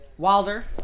Wilder